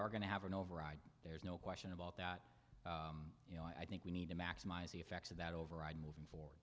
are going to have an override there's no question about that you know i think we need to maximize the effects of that override moving for